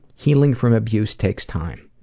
healing from abuse takes time.